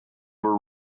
were